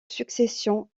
succession